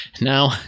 Now